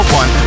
one